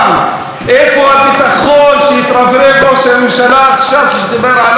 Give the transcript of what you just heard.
איפה הביטחון שהתרברב ראש הממשלה כשדיבר עליו עכשיו?